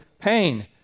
pain